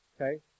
okay